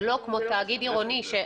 זה לא כמו תאגיד עירוני.